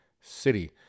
city